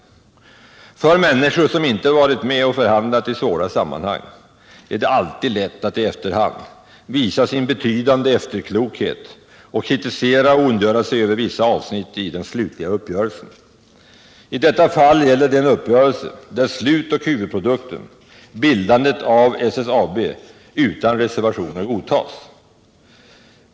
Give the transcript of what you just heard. För människor som inte varit med om att förhandla i svåra sammanhang är det alltid lätt att i efterhand visa sin betydande efterklokhet och kritisera och ondgöra sig över vissa avsnitt i den slutliga uppgörelsen. I detta fall gäller det en uppgörelse där slutoch huvudprodukten, dvs. bildandet av SSAB, utan reservationer godtagits.